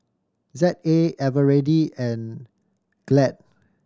Z A Eveready and Glad